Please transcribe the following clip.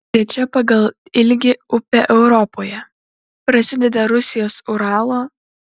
trečia pagal ilgį upė europoje prasideda rusijos uralo